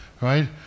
right